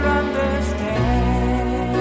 understand